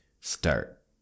Start